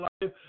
life